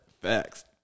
Facts